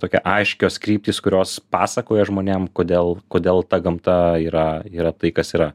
tokia aiškios kryptys kurios pasakoja žmonėm kodėl kodėl ta gamta yra yra tai kas yra